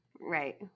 Right